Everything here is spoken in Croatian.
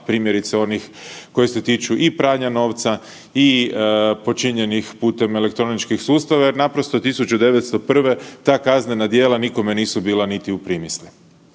primjerice onih koji se tiču i pranja novca i počinjenih putem elektroničkih sustava jer naprosto 1901. ta kaznena djela nikome nisu bila niti u primisli.